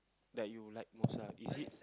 that you like most ah is it